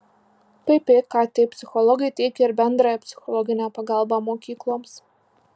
ppkt psichologai teikia ir bendrąją psichologinę pagalbą mokykloms